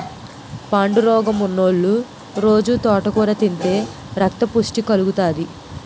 పాండురోగమున్నోలు రొజూ తోటకూర తింతే రక్తపుష్టి కలుగుతాది